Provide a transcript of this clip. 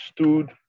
stood